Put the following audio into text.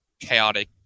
chaotic